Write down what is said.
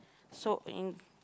soak in